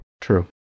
True